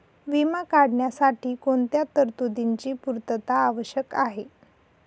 विमा काढण्यासाठी कोणत्या तरतूदींची पूर्णता आवश्यक आहे?